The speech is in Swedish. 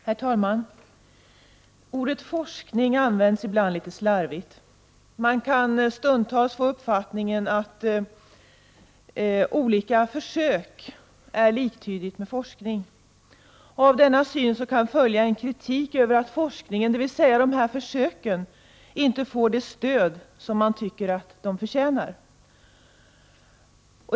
Herr talman! Ordet forskning används ibland litet slarvigt. Man kan stundtals få uppfattningen att försök av olika slag är liktydigt med forskning. Av denna syn kan följa en kritik mot att forskningen, dvs. försöken, inte får det stöd som man anser att forskningen förtjänar.